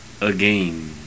again